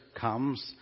comes